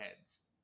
heads